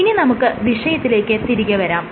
ഇനി നമുക്ക് വിഷയത്തിലേക്ക് തിരികെ വരാം